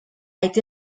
été